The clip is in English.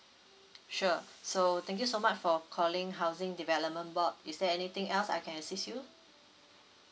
sure so thank you so much for calling housing development board is there anything else I can assist you